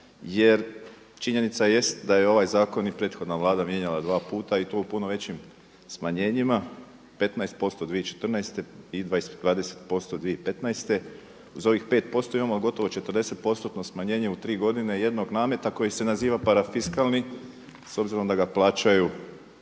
jer činjenica jest da je ovaj zakon i prethodna Vlada mijenjala dva puta i to u puno većim smanjenjima: 15 posto 2014. godine i 20 posto 2015. godine. Za ovih 5 posto imamo gotovo 40 postotno smanjenje u tri godine jednog nameta koji se naziva parafiskalni s obzirom da ga plaćaju